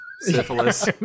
syphilis